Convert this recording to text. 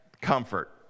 comfort